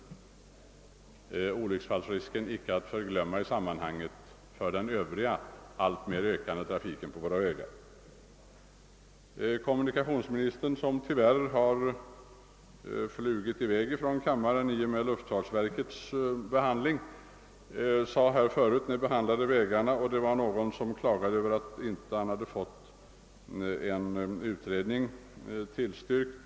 Vi skall dessutom i detta sammanhang inte förglömma olycksfallsrisken i den alltmer ökande trafiken på våra vägar. Kommunikationsministern som <tyvärr har »flugit iväg» från kammaren efter behandlingen av luftfartsverkets anslagsbehov var tidigare inne på vägfrågan, sedan någon klagat över att hans utredningsyrkande inte blivit tillstyrkt.